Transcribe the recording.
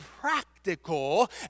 practical